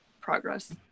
progress